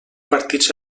partits